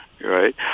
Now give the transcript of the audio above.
right